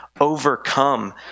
overcome